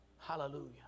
Hallelujah